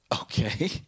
Okay